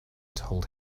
told